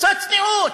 קצת צניעות,